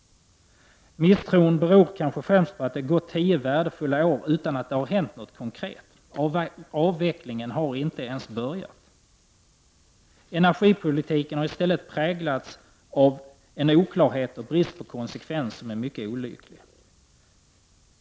Misstron beror kanske främst på att det gått tio värdefulla år utan att det har hänt något konkret. Avvecklingen har inte ens börjat. Energipolitiken har i stället präglats av en oklarhet och brist på konsekvens som är mycket olycklig.